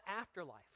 afterlife